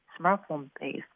smartphone-based